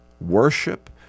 worship